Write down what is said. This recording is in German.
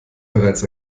bereits